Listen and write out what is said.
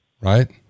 Right